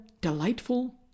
delightful